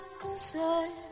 concern